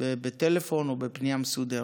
בטלפון או בפנייה מסודרת.